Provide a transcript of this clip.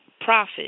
profit